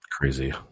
Crazy